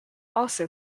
also